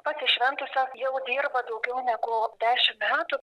pasišventusios jau dirba daugiau negu dešim metų